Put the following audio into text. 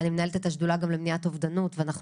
אני מנהלת את השדולה גם למניעת אובדנות ואנחנו